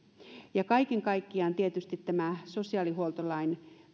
kaiken kaikkiaan tietysti tämä sosiaalihuoltolain